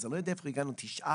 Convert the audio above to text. אז אני לא מבין איך הגענו לכך שתשעה